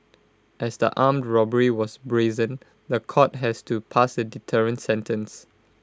as the armed robbery was brazen The Court has to pass A deterrent sentence